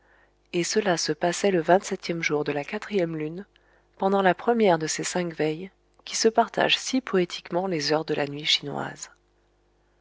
et cela se passait le vingt-septième jour de la quatrième lune pendant la première de ces cinq veilles qui se partagent si poétiquement les heures de la nuit chinoise